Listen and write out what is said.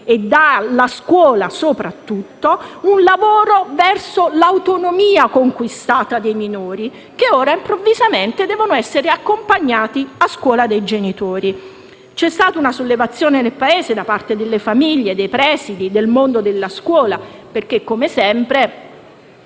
famiglie e soprattutto dalla scuola verso l'autonomia conquistata dai minori, che ora improvvisamente devono essere accompagnati a scuola dai genitori. C'è stata una sollevazione nel Paese da parte delle famiglie, dei presidi e del mondo della scuola perché, come sempre,